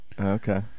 Okay